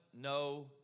no